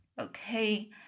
okay